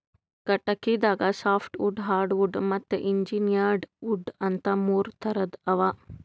ಕಟಗಿದಾಗ softwood hardwood ಮತ್ತ್ engineered wood ಅಂತಾ ಮೂರ್ ಥರದ್ ಅವಾ